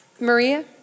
Maria